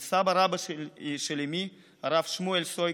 אל סבא-רבא של אימי, הרב שמואל סויקה,